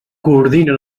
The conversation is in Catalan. coordina